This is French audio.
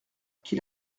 qui